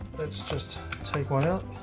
lets just take one out